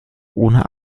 ohne